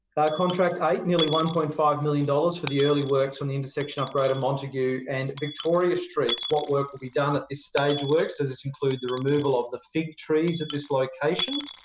contract eight, nearly one point five million dollars for the early works on the intersection upgrade of montague and victoria streets. what work will be done at this stage of works? does this include the removal of the fig trees at this location,